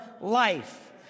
life